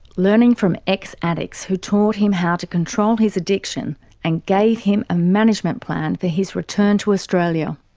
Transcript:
learning from ex-addicts who taught him how to control his addiction and gave him a management plan for his return to australia.